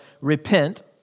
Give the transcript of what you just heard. repent